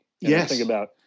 Yes